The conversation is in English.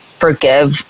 forgive